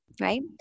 right